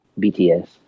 BTS